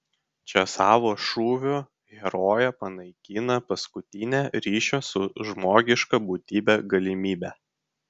čia savo šūviu herojė panaikina paskutinę ryšio su žmogiška būtybe galimybę